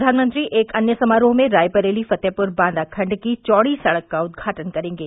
प्रधानमंत्री एक अन्य समारोह में रायबरेली फतेहपुर बांदा खंड की चौड़ी सड़क का उद्घाटन करेंगे